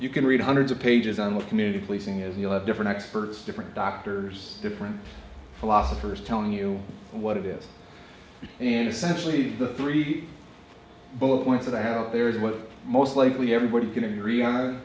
you can read hundreds of pages on the community policing as you'll have different experts different doctors different philosophers telling you what it is and in essentially the three bullet points that i have out there is what most likely everybody can agree on